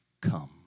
come